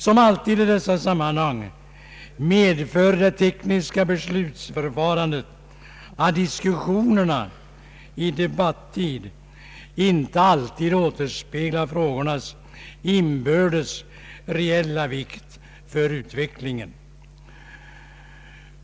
Som alltid i dessa sammanhang medför det tekniska beslutsförfarandet att diskussionerna i debattid inte alltid återspeglar frågornas inbördes reella vikt för utvecklingen.